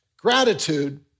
Gratitude